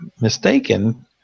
mistaken